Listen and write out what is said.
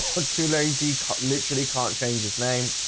look too lazy cut literally can't change his name